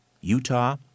Utah